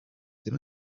ddim